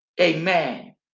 Amen